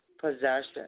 Possession